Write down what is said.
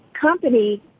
company